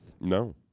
no